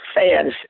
fans